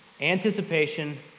anticipation